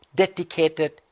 dedicated